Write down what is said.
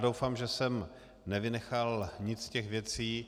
Doufám, že jsem nevynechal nic z těch věcí.